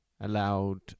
allowed